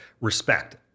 respect